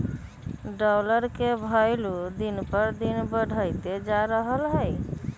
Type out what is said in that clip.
dollar के भइलु दिन पर दिन बढ़इते जा रहलई ह